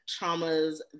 traumas